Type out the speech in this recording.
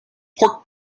pork